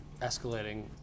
escalating